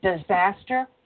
disaster